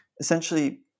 essentially